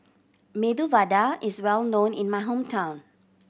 Medu Vada is well known in my hometown